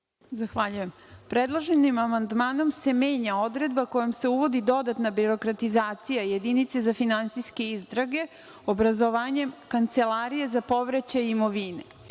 Zahvaljujem. Predloženim amandmanom se menja odredba kojom se uvodi dodatna birokratizacija Jedinice za finansijske istrage, obrazovanjem kancelarije za povraćaj imovine.